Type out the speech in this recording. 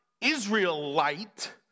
Israelite